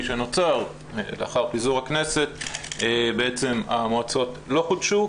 שנוצר לאחר פיזור הכנסת בעצם המועצות לא חודשו.